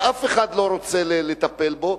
ואף אחד לא רוצה לטפל בו,